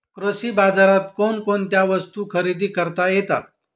कृषी बाजारात कोणकोणत्या वस्तू खरेदी करता येतात